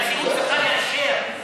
אני חושב שהנשיאות, בסדר.